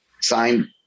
signed